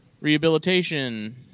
Rehabilitation